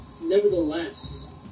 nevertheless